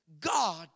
God